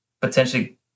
potentially